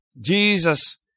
Jesus